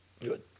Good